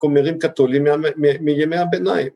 ‫כומרים קתולים מימי הביניים.